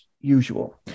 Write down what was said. usual